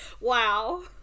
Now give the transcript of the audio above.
wow